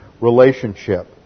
relationship